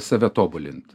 save tobulint